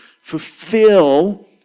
fulfill